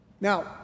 Now